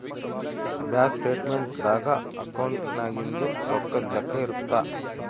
bank statement ದಾಗ ಅಕೌಂಟ್ನಾಗಿಂದು ರೊಕ್ಕದ್ ಲೆಕ್ಕ ಇರುತ್ತ